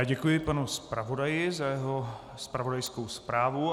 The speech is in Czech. Děkuji panu zpravodaji za jeho zpravodajskou zprávu.